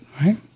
right